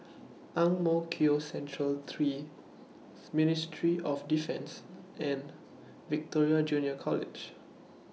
Ang Mo Kio Central three Ministry of Defence and Victoria Junior College